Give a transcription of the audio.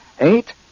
Eight